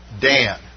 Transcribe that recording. Dan